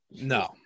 no